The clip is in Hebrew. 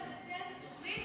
אני לא שומע, יעל.